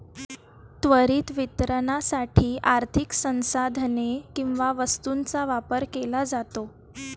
त्वरित वितरणासाठी आर्थिक संसाधने किंवा वस्तूंचा व्यापार केला जातो